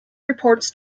reports